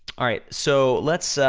alright, so let's,